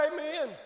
Amen